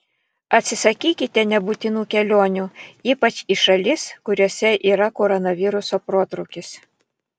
atsisakykite nebūtinų kelionių ypač į šalis kuriose yra koronaviruso protrūkis